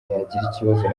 ikibazo